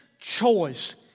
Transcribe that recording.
choice